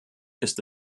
ist